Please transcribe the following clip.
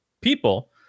people